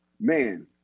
man